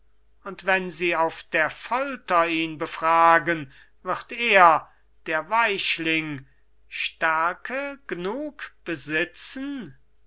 und wenn sie auf der folter ihn befragen wird er der weichling stärke gnug besitzen